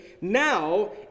Now